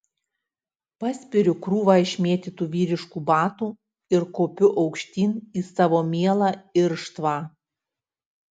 paspiriu krūvą išmėtytų vyriškų batų ir kopiu aukštyn į savo mielą irštvą